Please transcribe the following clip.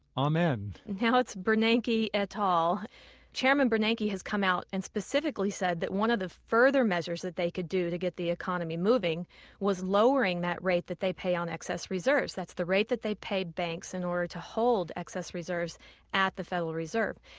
amen now, it's bernanke et ah al. chairman bernanke has come out and specifically said that one of the further measures they could do to get the economy moving was lowering that rate that they pay on excess reserves. that's the rate that they pay banks in order to hold excess reserves at the federal reserve,